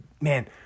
Man